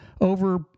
over